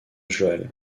joel